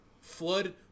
Flood